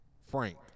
Frank